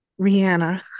Rihanna